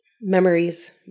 memories